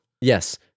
Yes